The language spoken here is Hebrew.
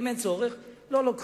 אם אין צורך, לא לוקחים.